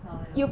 老了